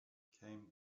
came